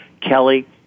Kelly